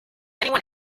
anyone